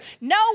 No